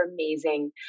amazing